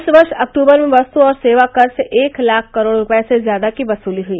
इस वर्ष अक्तूबर में वस्तु और सेवा कर से एक लाख करोड़ रुपये से ज्यादा की वसूली हुई